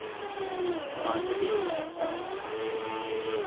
ᱢᱟᱫᱽᱨᱤᱠ